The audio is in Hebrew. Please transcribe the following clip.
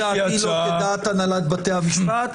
שבו דעתי לא כדעת הנהלת בתי המשפט.